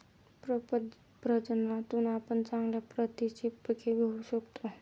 प्रपद प्रजननातून आपण चांगल्या प्रतीची पिके घेऊ शकतो